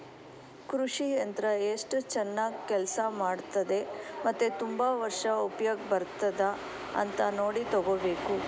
ಕೃಷಿ ಯಂತ್ರ ಎಸ್ಟು ಚನಾಗ್ ಕೆಲ್ಸ ಮಾಡ್ತದೆ ಮತ್ತೆ ತುಂಬಾ ವರ್ಷ ಉಪ್ಯೋಗ ಬರ್ತದ ಅಂತ ನೋಡಿ ತಗೋಬೇಕು